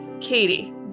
Katie